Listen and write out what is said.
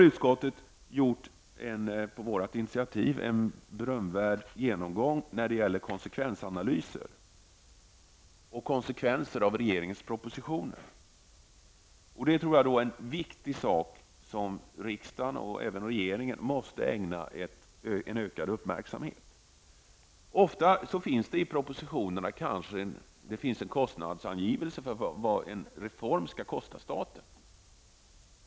Utskottet har på miljöpartiets initiativ gjort en berömdvärd genomgång när det gäller konsekvensanalyser och konsekvenser av regeringens propositioner. Detta är en viktig fråga som riksdagen och även regeringen måste ägna ökad uppmärksamhet. Det finns ofta i propositionerna en kostnadsangivelse för hur mycket en reform kommer att kosta staten.